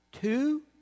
Two